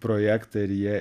projektą ir jie